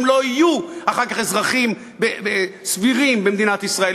הם לא יהיו אחר כך אזרחים סבירים במדינת ישראל,